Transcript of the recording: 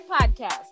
podcast